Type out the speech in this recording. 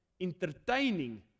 Entertaining